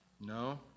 No